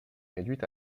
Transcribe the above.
réduite